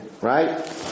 right